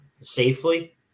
safely